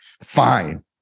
fine